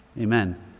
Amen